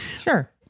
Sure